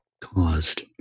caused